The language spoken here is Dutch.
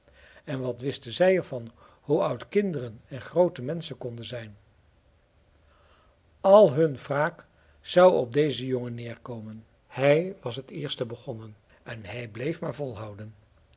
en wat wisten zij er van hoe oud kinderen en groote menschen konden zijn al hun wraak zou op dezen jongen neerkomen hij was het eerst begonnen en hij bleef maar volhouden